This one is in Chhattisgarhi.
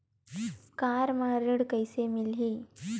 कार म ऋण कइसे मिलही?